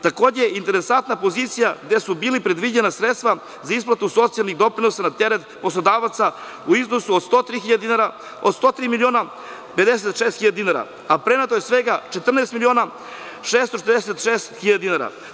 Takođe, interesantna pozicija, gde su bila predviđena sredstva za isplatu socijalnih doprinosa na teret poslodavaca u iznosu od 103.000 dinara, od 103.056.000 dinara, a preneto je svega 14.646.000 dinara.